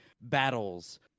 battles